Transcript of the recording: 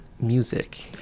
music